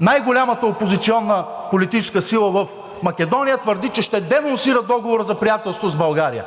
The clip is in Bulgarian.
Най-голямата опозиционна политическа сила в Македония твърди, че ще денонсира Договора за приятелство с България.